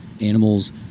animals